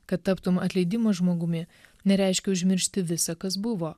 kad taptumei atleidimo žmogumi nereiškia užmiršti visa kas buvo